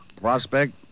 Prospect